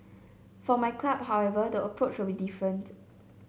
for my club however the approach will be different